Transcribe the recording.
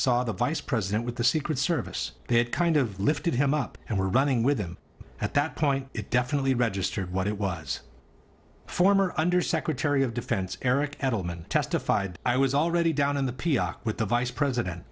saw the vice president with the secret service they had kind of lifted him up and were running with him at that point it definitely registered what it was a former undersecretary of defense eric edelman testified i was already down in the p r with the vice president